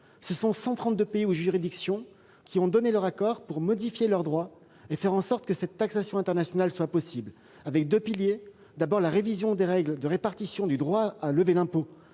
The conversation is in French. Ce sont ainsi 132 pays ou juridictions qui ont donné leur accord pour modifier leur droit et faire en sorte que cette taxation internationale soit possible. Elle s'appuie sur deux piliers : d'une part, la révision des règles de répartition du droit à lever l'impôt